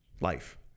life